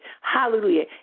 Hallelujah